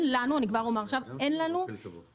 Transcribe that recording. אני כבר אומר עכשיו אין לנו שום,